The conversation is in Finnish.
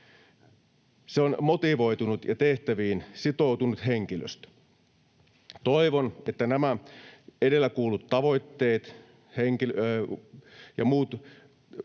Se on motivoitunut ja tehtäviin sitoutunut henkilöstö. Toivon, että nämä edellä kuullut tavoitteet ja muut